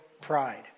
pride